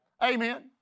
amen